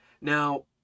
Now